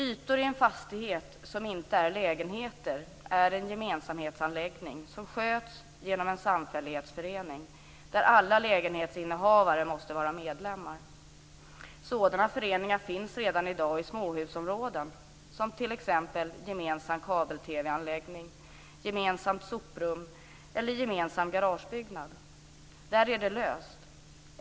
Ytor i en fastighet som inte är lägenheter är en gemensamhetsanläggning som sköts genom en samfällighetsförening där alla lägenhetsinnehavare måste vara medlemmar. Sådana föreningar finns redan i dag i småhusområden som t.ex. gemensam kabel-TV anläggning, gemensamt soprum eller gemensam garagebyggnad. Där är det löst.